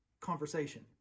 conversation